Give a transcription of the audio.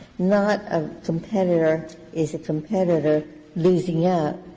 not a competitor is a competitor losing yeah